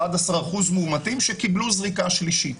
11% מאומתים שקיבלו זריקה שלישית.